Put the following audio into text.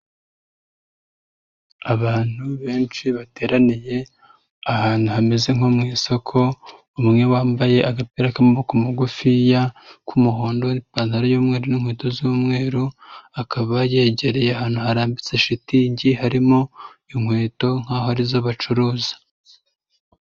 Abantu benshi bateraniye ahantu hameze nko mu isoko, umwe wambaye agapira k'amaboko magufiya k'umuhondo n'ipantaro y'umweru n'inkweto z'umweru, akaba yegereye ahantu harambitse shitingi, harimo inkweto nkaho arizo bacuruza.